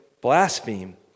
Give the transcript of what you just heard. blaspheme